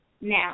now